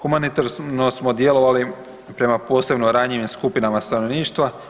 Humanitarno samo djelovali prema posebno ranjivim skupinama stanovništva.